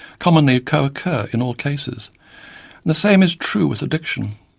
commonly co-occur in all cases and the same is true with addiction.